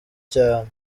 cyane